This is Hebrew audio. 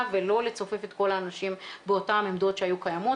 ולא לצופף את כל האנשים באותן עמדות שהיו קיימות,